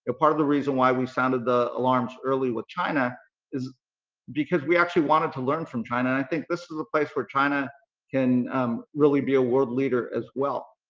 ah part of the reason why we sounded the alarms early with china is because we actually wanted to learn from china and i think this is a place where china can really be a world leader as well.